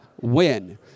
win